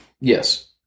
Yes